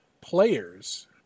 players